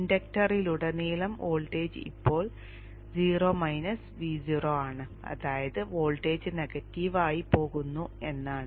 ഇൻഡക്ടറിലുടനീളം voltage ഇപ്പോൾ 0 minus Vo ആണ് അതായത് വോൾട്ടേജ് നെഗറ്റീവ് ആയി പോകുന്നു എന്നാണ്